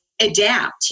adapt